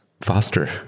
faster